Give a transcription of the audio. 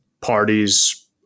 parties